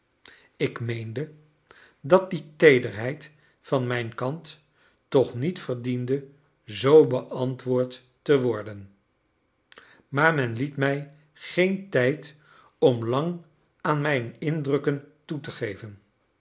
ik meende dat die teederheid van mijn kant toch niet verdiende z beantwoord te worden maar men liet mij geen tijd om lang aan mijn indrukken toe te geven